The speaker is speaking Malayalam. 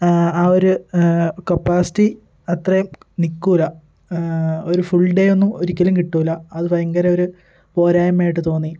ആ ഒരു കപ്പാസിറ്റി അത്രയും നിൽക്കില്ല ഒരു ഫുൾ ഡേയൊന്നും ഒരിക്കലും കിട്ടില്ല അത് ഭയങ്കര ഒരു പോരായ്മയായിട്ട് തോന്നി